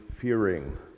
fearing